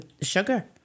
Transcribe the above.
sugar